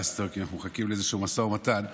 ולפיליבסטר, כי אנחנו מחכים למשא ומתן